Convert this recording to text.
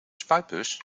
spuitbus